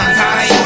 time